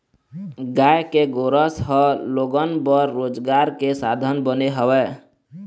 गाय के गोरस ह लोगन बर रोजगार के साधन बने हवय